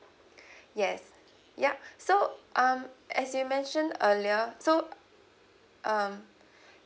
yes yup so um as you mentioned earlier so um